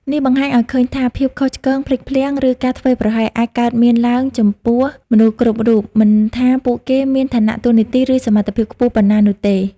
នេះបង្ហាញឱ្យឃើញថា ភាពខុសឆ្គង ភ្លេចភ្លាំង ឬការធ្វេសប្រហែស អាចកើតមានឡើងចំពោះមនុស្សគ្រប់រូប មិនថាពួកគេមានឋានៈតួនាទី ឬសមត្ថភាពខ្ពស់ប៉ុណ្ណានោះទេ។